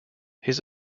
his